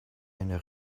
einen